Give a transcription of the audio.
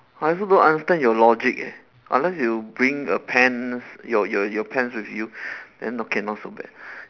I also don't understand your logic leh unless you bring a pants your your your pants with you then okay not so bad